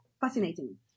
fascinating